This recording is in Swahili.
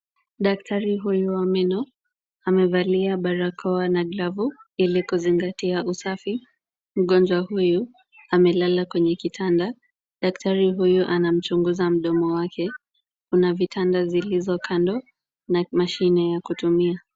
Daktari huyu wa meno, amevalia barakoa na glavu ili kuzingatia usafi. Mgonjwa huyu amelala kwenye kitanda. Daktari huyu anamchunguza mdomo wake. Kuna vitanda zilizo kando na mashine ya kutumia.